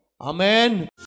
Amen